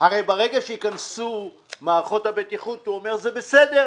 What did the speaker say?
ברגע שייכנסו מערכות הבטיחות, הוא אומר שזה בסדר